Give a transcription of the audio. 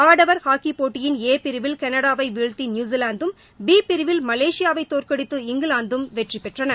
ஆடவர் ஹாக்கி போட்டியின் ஏ பிரிவில் கனடாவை வீழ்த்தி நியூசிலாந்தும் பி பிரிவில் மலேசியாவை தோற்கடித்து இங்கிலாந்தும் வெற்றி பெற்றன